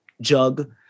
jug